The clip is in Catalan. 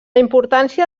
importància